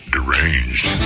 Deranged